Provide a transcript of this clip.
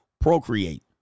procreate